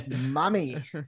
Mommy